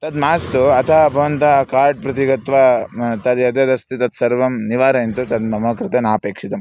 तद् मास्तु अतः भवन्तः कार्ट् प्रति गत्वा तद् यद्यदस्ति तत् सर्वं निवारयन्तु तद् मम कृते नापेक्षितम्